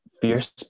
fierce